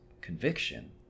conviction